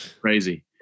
crazy